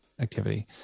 activity